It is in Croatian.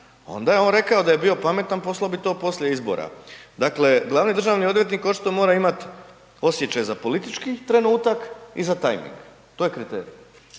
onda je on rekao da je bio pametan poslao bi to poslije izbora. Dakle, glavni državni odvjetnik očito mora imati osjećaj za politički trenutak i za tajming, to je kriterij.